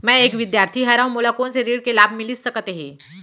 मैं एक विद्यार्थी हरव, मोला कोन से ऋण के लाभ मिलिस सकत हे?